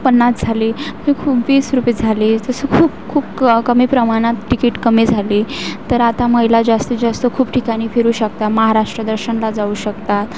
पन्नास झाली इखूम तीस रुपये झाले तसं खूपखूप क कमी प्रमाणात टिकीट कमी झाली तर आता महिला जास्तीत जास्त खूप ठिकाणी फिरू शकता महाराष्ट्र दर्शनला जाऊ शकतात